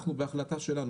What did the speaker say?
בהחלטה שלנו,